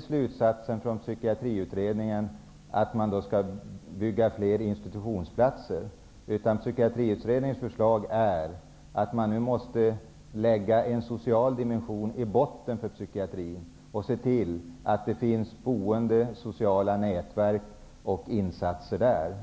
stämmer inte att Psykiatriutredningen har dragit slutsatsen att man skall bygga fler institutionsplatser. Psykiatriutredningens förslag är att man måste lägga en social dimension i botten inom psykiatrin och se till att det finns boende, sociala nätverk och insatser.